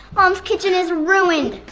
mom's kitchen is ruined!